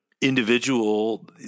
individual